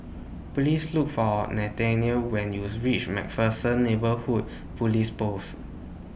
Please Look For Nathanial when YOU REACH MacPherson Neighbourhood Police Post